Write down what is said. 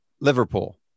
Liverpool